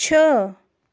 छः